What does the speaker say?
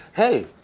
hey,